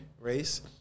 race